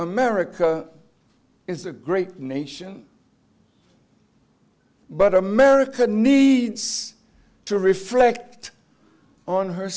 america is a great nation but america needs to reflect on her